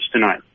tonight